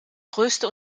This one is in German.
größte